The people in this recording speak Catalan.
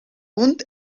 punt